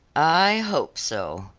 i hope so,